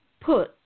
put